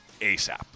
ASAP